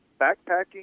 backpacking